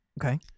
Okay